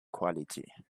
quality